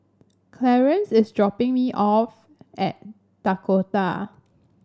Clarance is dropping me off at Dakota